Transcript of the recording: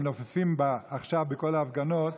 שמנופפים בה עכשיו בכל ההפגנות,